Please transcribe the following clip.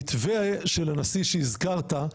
המתווה של הנשיא שהזכרת,